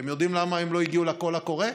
אתם יודעים למה הם לא הגיעו לקול הקורא?